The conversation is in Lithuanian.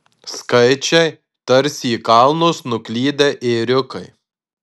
skaičiai tarsi į kalnus nuklydę ėriukai